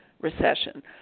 recession